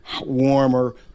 warmer